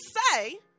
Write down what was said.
say